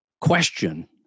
question